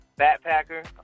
backpacker